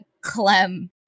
Clem